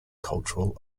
cultural